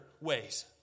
ways